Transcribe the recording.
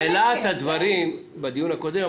בלהט הדברים בדיון הקודם,